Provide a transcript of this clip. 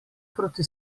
proti